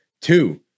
two